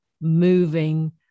moving